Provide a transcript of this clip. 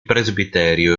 presbiterio